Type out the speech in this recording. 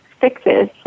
fixes